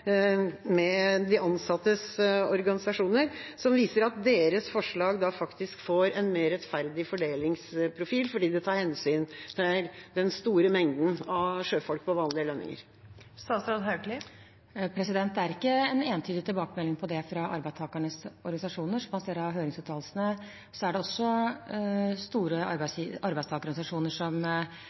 de ansattes organisasjoner, som viser til at deres forslag faktisk gir en mer rettferdig fordelingsprofil, fordi det tar hensyn til den store mengden av sjøfolk på vanlige lønninger? Det er ikke en entydig tilbakemelding på det fra arbeidstakernes organisasjoner. Som man ser av høringsuttalelsene, er det også store arbeidstakerorganisasjoner som